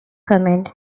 comment